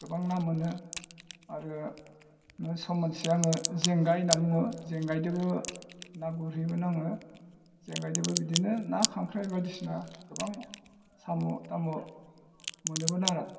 गोबां ना मोनो आरो सम मोनसे आङो जेंगाय होनना बुङो जेंगायजोंबो ना गुरहैयोमोन आङो जेंगायजोंबो बिदिनो ना खांख्राइ बायदिसिना गोबां सामु थाम' मोनोमोन आरो